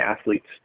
athletes